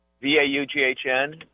V-A-U-G-H-N